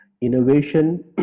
innovation